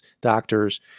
doctors